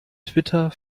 twitter